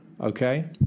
Okay